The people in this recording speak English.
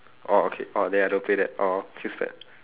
orh okay orh that I don't play that !aww! feels bad